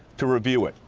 to review it,